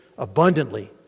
abundantly